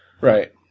right